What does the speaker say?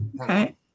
Okay